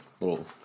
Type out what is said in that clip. little